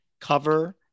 cover